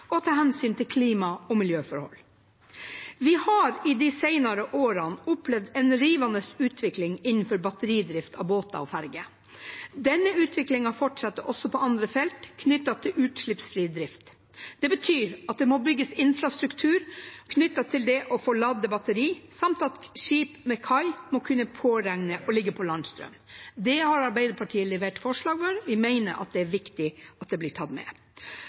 og ta hensyn til klima- og miljøforhold. Vi har de senere årene opplevd en rivende utvikling innen batteridrift av båter og ferger. Denne utviklingen fortsetter også på andre felt knyttet til utslippsfri drift. Det betyr at det må bygges infrastruktur knyttet til det å få ladet batterier, samt at skip ved kai må kunne påregne å ligge på landstrøm. Det har Arbeiderpartiet med flere levert forslag om, og vi mener det er viktig at det blir tatt med.